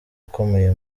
ukomeye